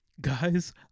Guys